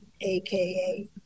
AKA